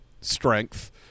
strength